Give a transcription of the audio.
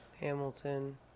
Hamilton